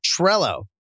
Trello